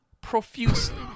profusely